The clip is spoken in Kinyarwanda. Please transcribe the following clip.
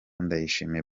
ndayishimiye